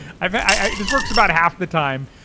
i mean i mean this works about half the time.